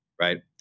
right